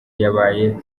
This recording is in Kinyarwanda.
yabaye